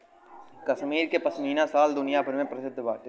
कश्मीर के पश्मीना शाल दुनिया भर में प्रसिद्ध बाटे